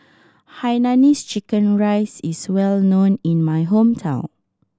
Hainanese chicken rice is well known in my hometown